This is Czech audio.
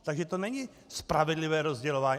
Takže to není spravedlivé rozdělování.